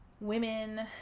Women